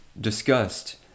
discussed